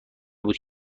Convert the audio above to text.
بود